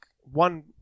one